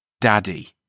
Daddy